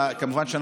כבוד סגן השר,